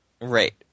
Right